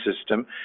system